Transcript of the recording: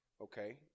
okay